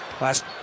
last